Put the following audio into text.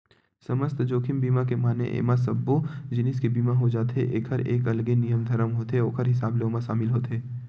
समस्त जोखिम बीमा के माने एमा सब्बो जिनिस के बीमा हो जाथे ओखर एक अलगे नियम धरम होथे ओखर हिसाब ले ओमा सामिल होथे